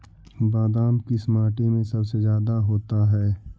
बादाम किस माटी में सबसे ज्यादा होता है?